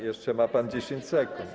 Jeszcze ma pan 10 sekund.